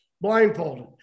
blindfolded